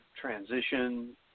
transition